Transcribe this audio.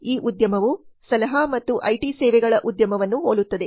ಈ ಉದ್ಯಮವು ಸಲಹಾ ಮತ್ತು ಐಟಿ ಸೇವೆಗಳ ಉದ್ಯಮವನ್ನು ಹೋಲುತ್ತದೆ